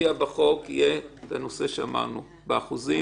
כתב אישום, לנסות להוכיח,